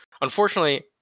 Unfortunately